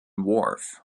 wharf